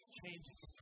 changes